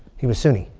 he was sunni.